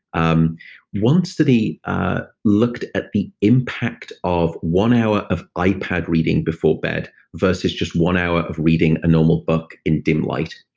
um one study ah looked at the impact of one hour of ipad reading before bed, versus just one hour of reading a normal book in dim light.